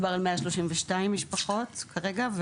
מדובר על 132 משפחות כרגע,